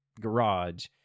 garage